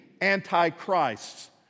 antichrists